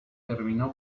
terminó